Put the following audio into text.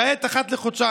כעת, אחת לחודשיים.